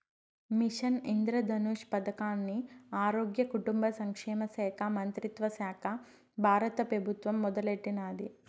machine Indradhanush పదకాన్ని ఆరోగ్య, కుటుంబ సంక్షేమ మంత్రిత్వశాక బారత పెబుత్వం మొదలెట్టినాది